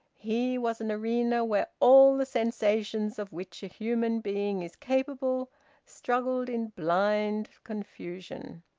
he was an arena where all the sensations of which a human being is capable struggled in blind confusion.